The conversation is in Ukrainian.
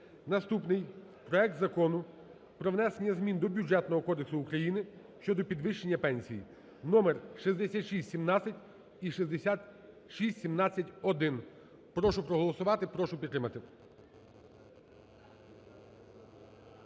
Наступний проект Закону про внесення змін до Бюджетного кодексу України щодо підвищення пенсій (номер 6617 і 6617-1). Прошу проголосувати, прошу підтримати.